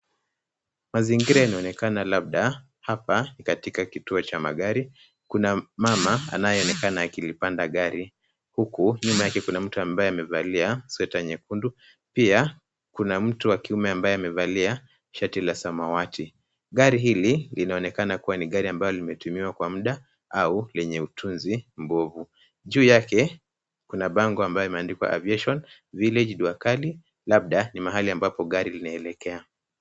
Mazingira inaonekana hapa labda katika kituo cha magari. Kuna mama anayeonekana akipanda gari huku nyuma yake kukiwa na mtu amevalia sweta nyekundu. Pia kuna mtu wa kiume amevalia shati la samawati. Gari hili linaonekana kuwa ni gari ambayo limetumiwa kwa muda au lenye utunzi ngumu. Juu yake kuna bango ambayo imeandikwa Aviation Village, Jua Kali labda ni mahali ambapo gari linaelekea.